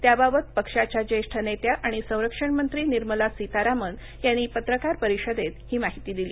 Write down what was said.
त्याबाबत पक्षाच्या ज्येष्ठ नेत्या आणि संरक्षण मंत्री निर्मला सीतारामन यांनी पत्रकार परिषदेत ही माहिती दिली